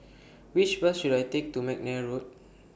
Which Bus should I Take to Mcnair Road